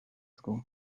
school